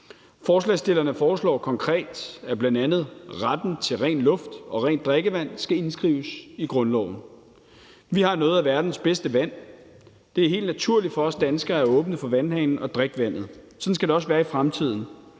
Forslagsstillerne foreslår konkret, at bl.a. retten til ren luft og rent drikkevand skal indskrives i grundloven. Vi har noget af verdens bedste vand. Det er helt naturligt for os danskere at åbne for vandhanen og drikke vandet. Sådan skal det også være i fremtiden.